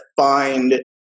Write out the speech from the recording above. find